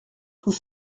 tous